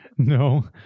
No